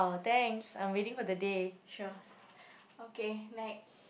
sure okay next